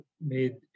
made